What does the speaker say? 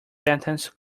sentence